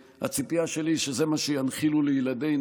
הציפייה שלי היא שזה מה שינחילו לילדינו,